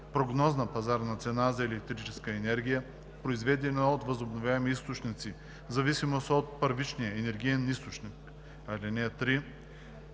прогнозна пазарна цена за електрическа енергия, произведена от възобновяеми източници в зависимост от първичния енергиен източник. (3)